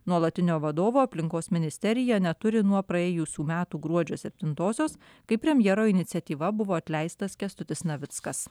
nuolatinio vadovo aplinkos ministerija neturi nuo praėjusių metų gruodžio septintosios kai premjero iniciatyva buvo atleistas kęstutis navickas